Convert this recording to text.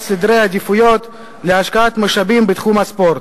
סדרי העדיפויות להשקעת משאבים בתחום הספורט,